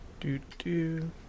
Do-do